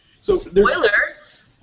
Spoilers